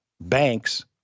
banks